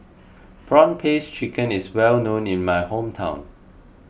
Prawn Paste Chicken is well known in my hometown